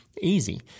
easy